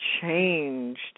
changed –